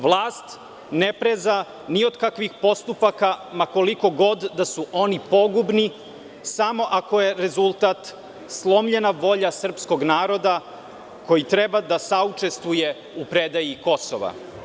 Vlast ne preza ni od kakvih postupaka ma koliko god da su oni pogubni, samo ako je rezultat slomljena volja srpskog naroda koji treba da saučestvuje u predaji Kosova.